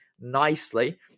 nicely